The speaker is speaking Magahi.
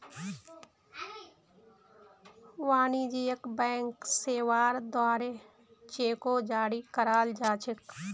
वाणिज्यिक बैंक सेवार द्वारे चेको जारी कराल जा छेक